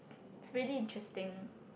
it's really interesting